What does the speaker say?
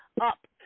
up